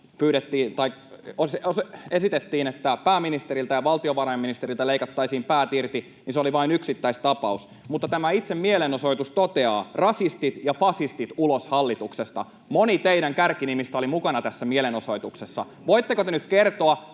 esitettiin, että pääministeriltä ja valtiovarainministeriltä leikattaisiin pää irti, oli vain yksittäistapaus, mutta tämä itse mielenosoitus toteaa: ”Rasistit ja fasistit ulos hallituksesta.” Moni teidän kärkinimistänne oli mukana tässä mielenosoituksessa. Voitteko te nyt kertoa,